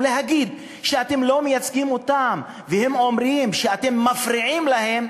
ולהגיד: אתם לא מייצגים אותם והם אומרים שאתם מפריעים להם,